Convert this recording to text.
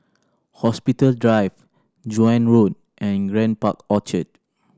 Hospital Drive Joan Road and Grand Park Orchard